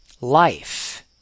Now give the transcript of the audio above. life